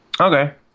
okay